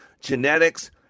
Genetics